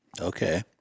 Okay